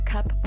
Cup